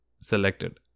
selected